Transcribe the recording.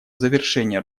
завершение